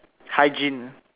hygiene